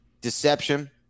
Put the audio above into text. Deception